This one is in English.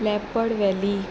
leopard valley